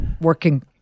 working